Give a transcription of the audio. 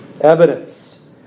evidence